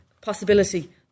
possibility